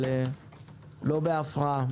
אבל לא בהפרעה .